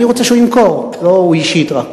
אני רוצה שהוא ימכור, לא הוא אישית רק,